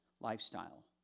lifestyle